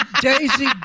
Daisy